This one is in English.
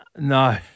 No